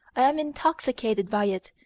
i am intoxicated by it,